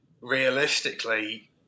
realistically